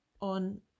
on